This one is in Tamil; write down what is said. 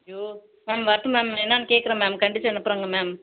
ஐயோ மேம் வரட்டும் மேம் என்னென்னு கேட்குறேன் மேம் கண்டித்து அனுப்புகிறேங்க மேம்